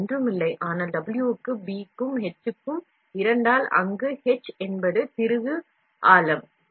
இதனுடைய result WBH 2 ஆக இருக்கும் அங்கு H என்பது திருகு ஆழம்